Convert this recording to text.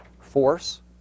force